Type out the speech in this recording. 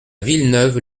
villeneuve